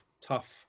tough